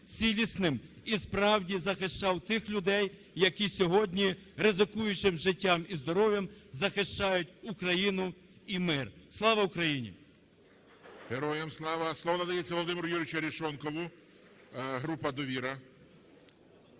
і справді захищав тих людей, які сьогодні, ризикуючи життям і здоров'ям, захищають Україну і мир. Слава Україні! ГОЛОВУЮЧИЙ. Героям слава! Слово надається Володимиру Юрійовичу Арешонкову, група "Довіра".